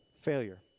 failure